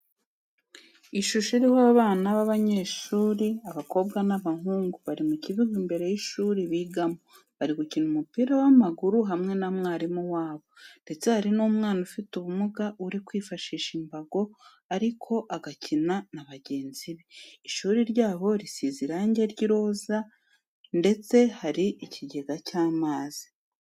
Ishusho iriho abana b'abanyeshuri, abakobwa n'abahungu, bari mu kibuga imbere y'ishuri bigamo, bari gukina umupira w'amaguru hamwe na mwarimu wabo ndeste hari n'umwana ufite ubumuga uri kwifashisha imbago ariko agakina na bagenzi be. Ishuri ryabo risize irangi ry'iroza ndetse hari ikigega cy'amazi.